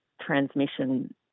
transmission